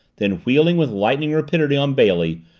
then wheeling with lightning rapidity on bailey,